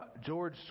George